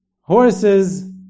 horses